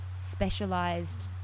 specialized